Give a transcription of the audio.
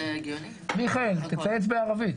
מיכאל תצייץ בערבית.